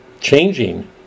Changing